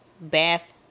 bath